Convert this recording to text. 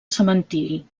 cementiri